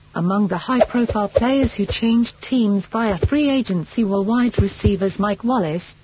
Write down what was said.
among the high profile players who changed teams via free agency were wide receivers mike wallace,